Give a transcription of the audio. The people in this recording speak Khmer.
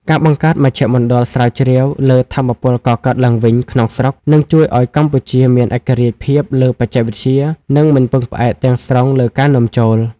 ការបង្កើតមជ្ឈមណ្ឌលស្រាវជ្រាវលើ "ថាមពលកកើតឡើងវិញ" ក្នុងស្រុក នឹងជួយឱ្យកម្ពុជាមានឯករាជ្យភាពលើបច្ចេកវិទ្យា និងមិនពឹងផ្អែកទាំងស្រុងលើការនាំចូល។